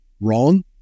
wrong